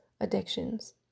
addictions